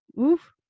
oof